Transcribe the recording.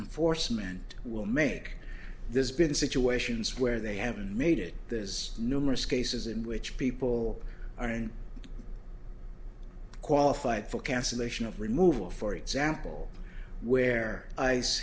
enforcement will make there's been situations where they haven't made it this numerous cases in which people aren't qualified for cancellation of removal for example where